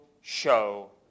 show